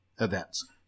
events